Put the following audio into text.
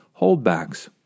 holdbacks